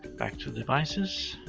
back to devices.